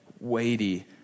weighty